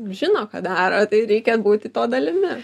žino ką daro tai reikia būti to dalimi